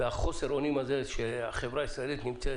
והחוסר אונים הזה שהחברה הישראלית נמצאת